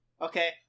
Okay